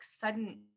sudden